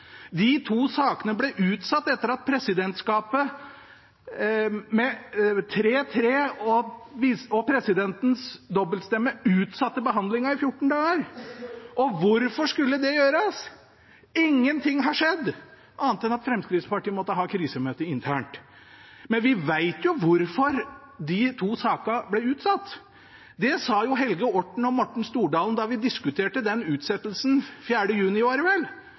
De to sakene ble utsatt etter at presidentskapet – med 3–3 og presidentens dobbeltstemme – utsatte behandlingen i 14 dager. Og hvorfor skulle det gjøres? Ingenting har skjedd annet enn at Fremskrittspartiet måtte ha krisemøte internt, men vi vet jo hvorfor de to sakene ble utsatt. Det sa representantene Helge Orten og Morten Stordalen da vi diskuterte utsettelsen den 4. juni.